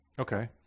Okay